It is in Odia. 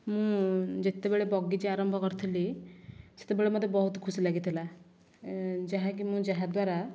ମୁଁ ଯେତେବେଳେ ବଗିଚା ଆରମ୍ଭ କରିଥିଲି ସେତେବେଳେ ମୋତେ ବହୁତ ଖୁସି ଲାଗିଥିଲା ଯାହାକି ମୁଁ ଯାହାଦ୍ଵାରା